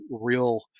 real